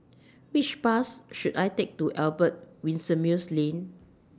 Which Bus should I Take to Albert Winsemius Lane